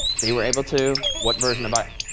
they were able to? what version of but